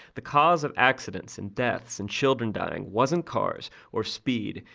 the cause of accidents and deaths and children dying wasn't cars or speed,